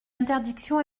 interdiction